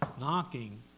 knocking